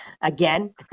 Again